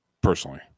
personally